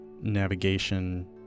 navigation